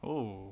oh